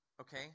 okay